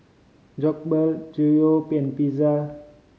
Jokbal Gyudon Pizza